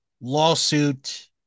lawsuit